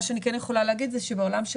מה שאני כן יכולה להגיד זה שבעולם של